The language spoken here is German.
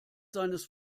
seines